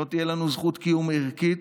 לא תהיה לנו זכות קיום ערכית,